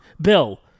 Bill